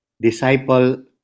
disciple